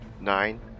nine